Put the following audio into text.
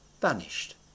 vanished